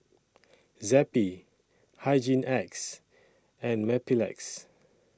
Zappy Hygin X and Mepilex